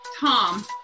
Tom